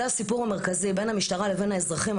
זה הסיפור המרכזי בין המשטרה לבין האזרחים,